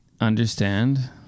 understand